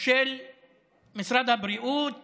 של משרד הבריאות